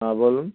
হ্যাঁ বলুন